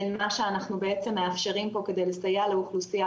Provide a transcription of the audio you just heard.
בין מה שאנחנו בעצם מאפשרים פה כדי לסייע לאוכלוסייה,